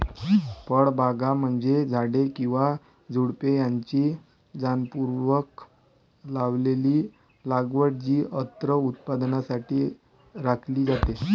फळबागा म्हणजे झाडे किंवा झुडुपे यांची जाणीवपूर्वक लावलेली लागवड जी अन्न उत्पादनासाठी राखली जाते